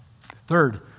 Third